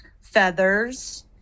feathers